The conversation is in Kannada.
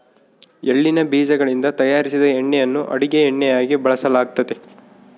ಎಳ್ಳಿನ ಬೀಜಗಳಿಂದ ತಯಾರಿಸಿದ ಎಣ್ಣೆಯನ್ನು ಅಡುಗೆ ಎಣ್ಣೆಯಾಗಿ ಬಳಸಲಾಗ್ತತೆ